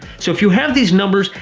so, if you have these number,